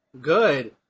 Good